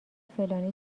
فلانی